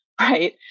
right